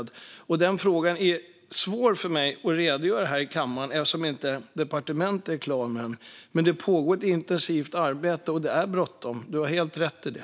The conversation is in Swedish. Den frågan är svår för mig att redogöra för här i kammaren eftersom departementet inte är klar med den. Men det pågår ett intensivt arbete, och det är bråttom - du har helt rätt i det.